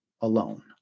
alone